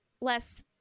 less